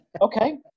okay